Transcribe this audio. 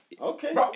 Okay